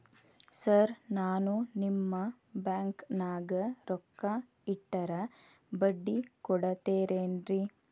Sir ನಾನು ನಿಮ್ಮ ಬ್ಯಾಂಕನಾಗ ರೊಕ್ಕ ಇಟ್ಟರ ಬಡ್ಡಿ ಕೊಡತೇರೇನ್ರಿ?